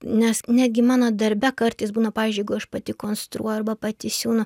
nes netgi mano darbe kartais būna pavyzdžiui aš pati konstruoja arba pati siūnu